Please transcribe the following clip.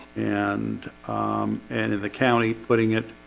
and and in the county putting it